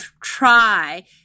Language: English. try